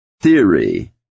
theory